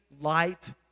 light